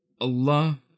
Allah